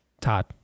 Todd